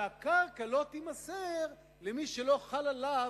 שהקרקע לא תימסר למי שלא חלה עליו,